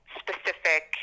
specific